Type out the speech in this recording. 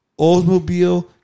Oldsmobile